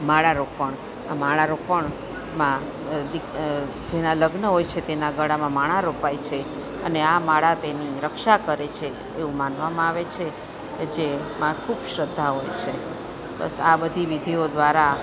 માળારોપણ આ માળારોપણમાં જેના લગ્ન હોય છે તેના ગળામાં માળા રોપાય છે અને આ માળા તેની રક્ષા કરે છે એવું માનવામાં આવે છે કે જેમાં ખૂબ શ્રદ્ધા હોય છે બસ આ બધી વિધિઓ દ્વારા